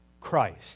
Christ